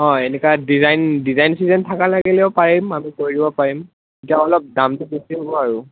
হয় এনেকুৱা design design design থাকা লাগিলেও পাৰিম আমি কৰিব পাৰিম তেতিয়া অলপ দামটো বেছি হ'ব আৰু